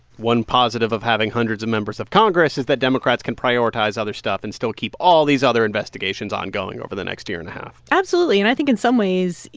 one positive of having hundreds of members of congress is that democrats can prioritize other stuff and still keep all these other investigations ongoing over the next year and a half absolutely. and i think in some ways,